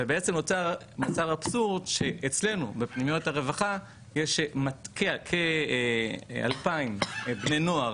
ובעצם נוצר אבסורד שאצלנו בפנימיות הרווחה יש כ-2,000 בני נוער